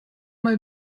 mal